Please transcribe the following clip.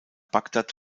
bagdad